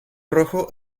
rojo